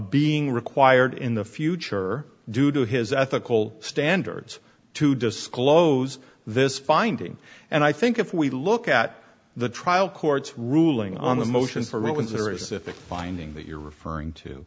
being required in the future due to his ethical standards to disclose this finding and i think if we look at the trial court's ruling on the motions from windsor is if a finding that you're referring to